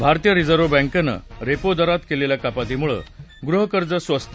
भारतीय रिझर्व्ह बँकनं रेपो दरात केलेल्या कपातीमुळे गृहकर्ज स्वस्त